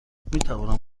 میتوانم